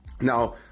Now